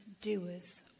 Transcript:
doers